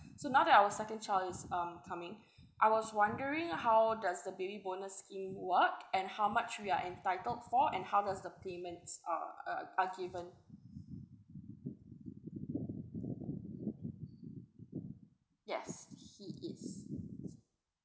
so now that our second child is um coming I was wondering how does the baby bonus scheme work and how much we are entitled for and how does the payments are uh are given yes he is